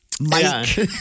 Mike